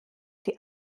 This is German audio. die